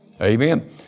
Amen